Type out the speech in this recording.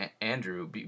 Andrew